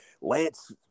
Lance